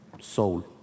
soul